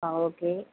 ஆ okay